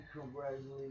congratulations